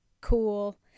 cool